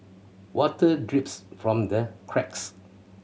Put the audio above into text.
water drips from the cracks